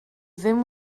ddim